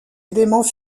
éléments